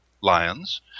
lions